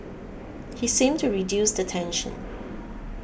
he seemed to reduce the tension